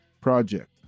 project